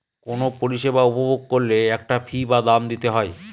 কোনো পরিষেবা উপভোগ করলে একটা ফী বা দাম দিতে হয়